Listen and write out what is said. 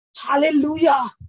Hallelujah